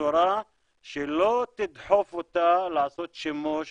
בצורה שלא תדחוף אותה לעשות שימוש